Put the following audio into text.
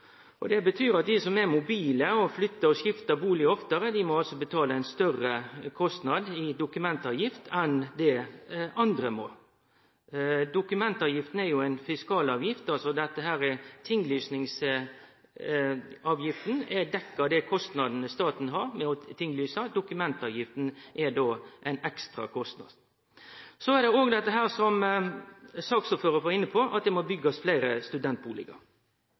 flytteskatten. Det betyr at dei som er mobile og flyttar og skiftar bustad oftare, må betale ein større kostnad i dokumentavgift enn det andre må. Dokumentavgifta er ei fiskalavgift. Tinglysingsavgifta dekker dei kostnadene staten har med å tinglyse. Dokumentavgifta er då ein ekstra kostnad. Så er det – som saksordføraren var inne på – at det må byggjast fleire